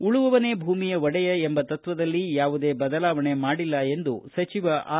ಉಳುವವನೇ ಭೂಮಿಯ ಒಡೆಯ ಎಂಬ ತತ್ವದಲ್ಲಿ ಯಾವುದೇ ಬದಲಾವಣೆ ಮಾಡಿಲ್ಲ ಎಂದು ಆರ್